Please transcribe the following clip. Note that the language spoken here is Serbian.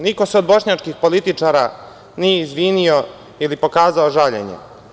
Niko se od bošnjačkih političara nije izvinio ili pokazao žaljenje.